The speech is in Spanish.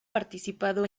participado